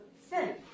thin